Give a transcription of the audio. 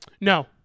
No